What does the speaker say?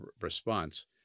response